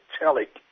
metallic